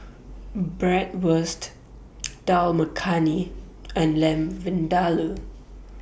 Bratwurst Dal Makhani and Lamb Vindaloo